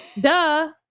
Duh